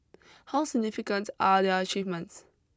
how significant are their achievements